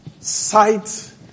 Sight